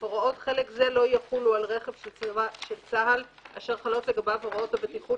הוראות חלק זה לא יחולו על רכב של צה"ל אשר חלות לגביו הוראות הבטיחות,